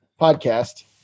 podcast